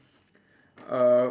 uh